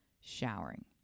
showering